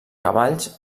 cavalls